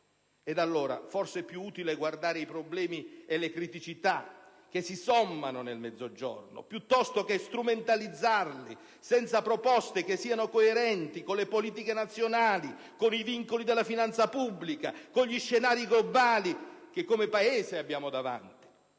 nazionale. Forse è più utile guardare ai problemi e alle criticità che si sommano nel Mezzogiorno piuttosto che strumentalizzarli, senza proposte che siano coerenti con le politiche nazionali, con i vincoli di finanza pubblica e con gli scenari globali che come Paese abbiamo davanti.